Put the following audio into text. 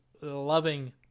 loving